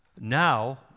Now